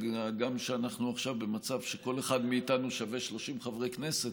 הגם שאנחנו עכשיו במצב שכל אחד מאיתנו שווה 30 חברי כנסת,